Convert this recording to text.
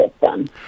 system